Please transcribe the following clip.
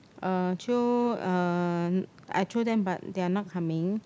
uh jio uh I jio them but they're not coming